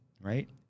Right